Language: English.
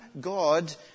God